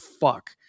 fuck